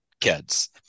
kids